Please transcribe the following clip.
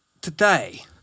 today